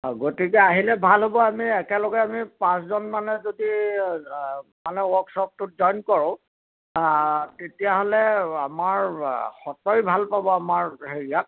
গতিকে আহিলে ভাল হ'ব আমি একেলগে আমি পাঁচজনমানে যদি মানে ৱৰ্কশ্ব'পটোত জইন কৰোঁ তেতিয়াহ'লে আমাৰ সত্ৰই ভাল পাব আমাৰ হেৰিয়াত